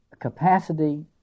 capacity